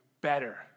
better